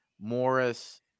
Morris